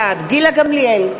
בעד גילה גמליאל,